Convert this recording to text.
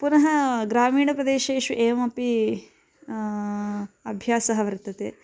पुनः ग्रामीणप्रदेशेषु एवमपि अभ्यासः वर्तते